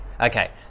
Okay